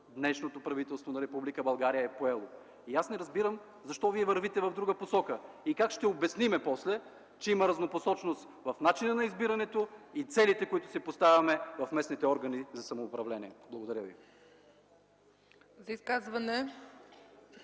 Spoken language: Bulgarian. днешното правителство на Република България, е поело. Аз не разбирам защо вие вървите в друга посока и как ще обясним после, че има разнопосочност в начина на избирането и целите, които си поставяме, в местните органи за самоуправление. Благодаря ви.